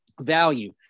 value